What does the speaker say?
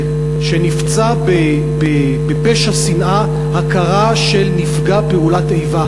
שנפצע בפשע שנאה הכרה של נפגע פעולת איבה,